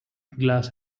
glass